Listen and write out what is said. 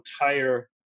entire